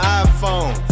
iPhone